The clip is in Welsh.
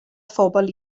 phobl